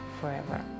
forever